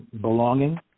belonging